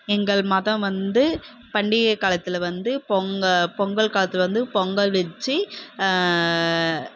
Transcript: எங்கள் மதம் வந்து பண்டிகை காலத்தில் வந்து பொங்கல் பொங்கல் காலத்தில் வந்து பொங்கல் வைச்சு